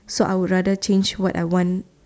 so I would rather change what I want